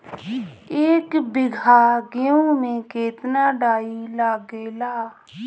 एक बीगहा गेहूं में केतना डाई लागेला?